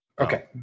Okay